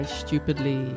stupidly